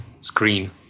screen